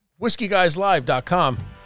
whiskeyguyslive.com